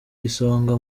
isonga